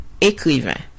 écrivain